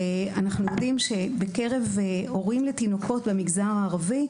אנחנו יודעים שבקרב הורים לתינוקות במגזר הערבי,